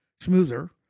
smoother